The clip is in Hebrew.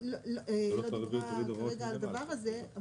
לא דיברה על הדבר הזה.